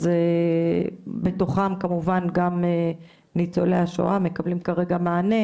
אז בתוכם כמובן גם ניצולי השואה מקבלים כרגע מענה,